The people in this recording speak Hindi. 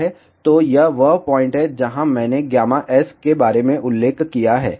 तो यह वह पॉइंट है जहां मैंने S के बारे में उल्लेख किया है